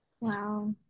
wow